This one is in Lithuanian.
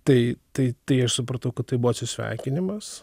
tai tai tai aš supratau kad tai buvo atsisveikinimas